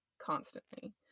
constantly